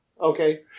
Okay